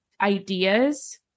ideas